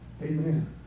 Amen